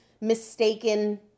mistaken